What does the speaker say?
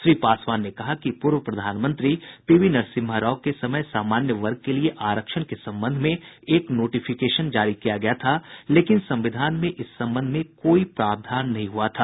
श्री पासवान ने कहा कि पूर्व प्रधानमंत्री पीवी नरसिम्हा राव के समय में सामान्य वर्ग के लिये आरक्षण के संबंध में एक नोटिफिकेशन जारी किया गया था लेकिन संविधान में इस संबंध में कोई प्रावधान नहीं हुआ था